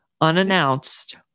unannounced